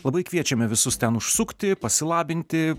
labai kviečiame visus ten užsukti pasilabinti